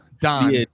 don